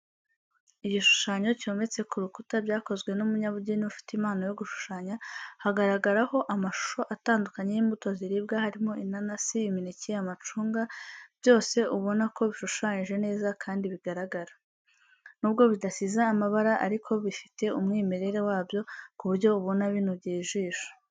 Igishushanyo cyometse ku rukuta byakozwe n'umunyabugeni ufite impano yo gushushanya, hagaragaraho amashusho atandukanye y'imbuto ziribwa harimo inanasi, imineke, amacunga, byose ubona ko bishushanyije neza kandi bigaragara. Nubwo bidasize amabara ariko bifite umwimere wabyo ku buryo ubona binogeye ijisho.